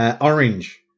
Orange